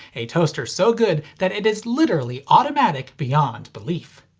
a toaster so good that it is literally automatic beyond belief!